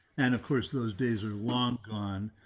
and of course, those days are long gone.